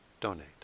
donate